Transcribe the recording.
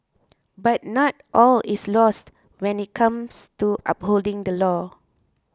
but not all is lost when it comes to upholding the law